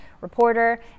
reporter